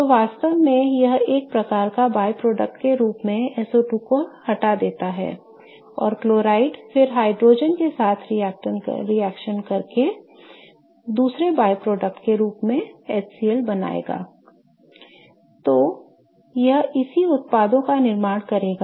तो वास्तव में यह एक प्रकार के बाय प्रोडक्ट के रूप में SO2 को छोड़ देता है और क्लोराइड फिर हाइड्रोजन के साथ रिएक्ट करके दूसरे बाय प्रोडक्ट के रूप में HCl बनाएगा I तो यह इसी उत्पादों का निर्माण करेगा